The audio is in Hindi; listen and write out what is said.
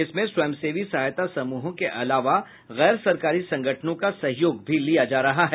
इसमें स्वयंसेवी सहायता समूहों के अलावा गैर सरकारी संगठनों का सहयोग भी लिया जा रहा है